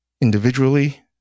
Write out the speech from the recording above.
individually